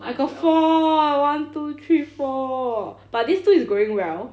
I got four one two three four but these two is growing well